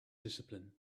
discipline